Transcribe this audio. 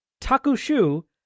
Takushu